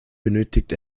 benötigt